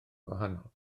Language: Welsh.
gwahanol